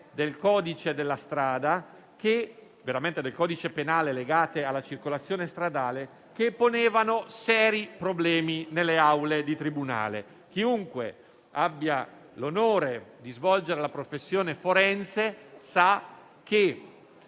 per sistemare due norme del codice penale legate alla circolazione stradale che ponevano seri problemi nelle aule di tribunale. Chiunque abbia l'onore di svolgere la professione forense sa che